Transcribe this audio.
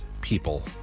people